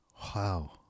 Wow